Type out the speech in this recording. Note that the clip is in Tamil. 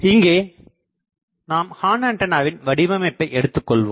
இங்கே நாம் ஹார்ன்ஆண்டனாவின் வடிவமைப்பை எடுத்துக்கொள்வோம்